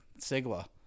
Sigla